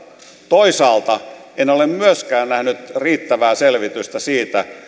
toisaalta en ole myöskään nähnyt riittävää selvitystä siitä